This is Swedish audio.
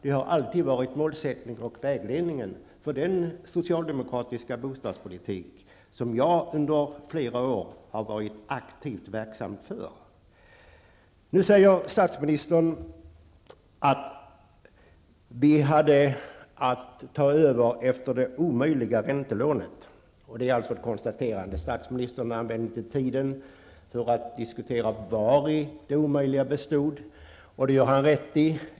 Det har alltid varit målsättningen och vägledningen för den socialdemokratiska bostadspolitik som jag under flera år har varit aktivt verksam för. Nu säger statsministern att ni hade att ta över efter det omöjliga räntelånet. Det är alltså ett konstaterande. Statsministern använder inte tiden till att diskutera vari det omöjliga bestod, och det gör han rätt i.